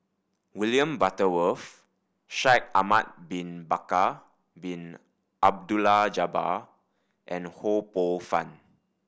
William Butterworth Shaikh Ahmad Bin Bakar Bin Abdullah Jabbar and Ho Poh Fun